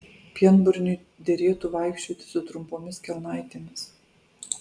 pienburniui derėtų vaikščioti su trumpomis kelnaitėmis